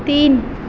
تین